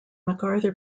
macarthur